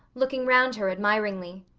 looking round her admiringly.